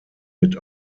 mit